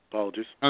Apologies